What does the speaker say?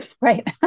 Right